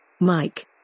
Mike